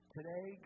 Today